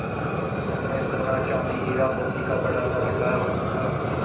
धन में सोना, चांदी, हीरा, मोती का बड़ा सा भंडार होता था